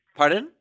pardon